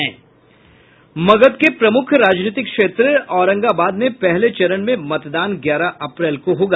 मगध के प्रमुख राजनीतिक क्षेत्र औरंगाबाद में पहले चरण में मतदान ग्यारह अप्रैल को होगा